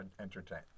entertain